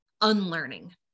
unlearning